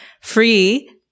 Free